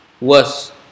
worse